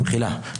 במחילה,